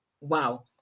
Wow